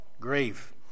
grave